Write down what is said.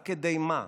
רק כדי, מה?